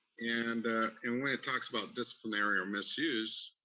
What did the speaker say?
and and when it talks about disciplinary or misuse,